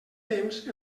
temps